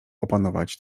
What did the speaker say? opanować